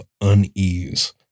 unease